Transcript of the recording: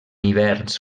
hiverns